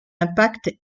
impact